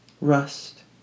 Rust